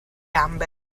gambe